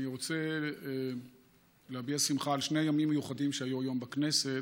אני רוצה להביע שמחה על שני ימים מיוחדים שהיו היום בכנסת.